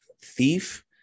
Thief